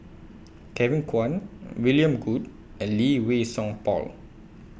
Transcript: Kevin Kwan William Goode and Lee Wei Song Paul